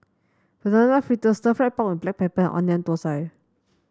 Banana Fritters Stir Fried Pork with Black Pepper and Onion Thosai